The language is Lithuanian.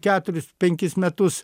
keturis penkis metus